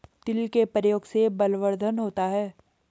तिल के प्रयोग से बलवर्धन होता है